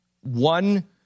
one